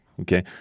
Okay